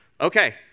okay